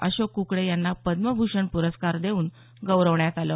अशोक क्कडे यांना पद्मभूषण प्रस्कार देऊन गौरवण्यात आलं